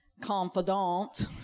confidant